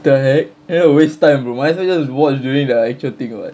the heck that waste time bro might as well watch during the actual thing [what]